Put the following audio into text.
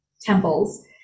temples